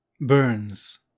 burns